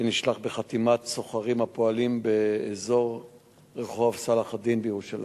ונשלח בחתימת סוחרים הפועלים באזור רחוב צלאח א-דין בירושלים.